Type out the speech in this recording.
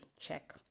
Check